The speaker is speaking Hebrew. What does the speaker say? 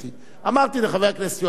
אמרתי לחבר הכנסת יואל חסון